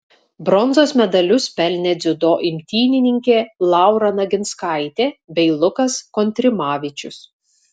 bronzos medalius pelnė dziudo imtynininkė laura naginskaitė bei lukas kontrimavičius